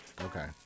Okay